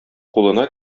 кулына